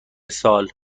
سال